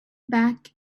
back